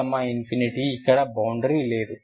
∞∞ ఇక్కడ బౌండరీ లేదు